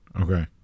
Okay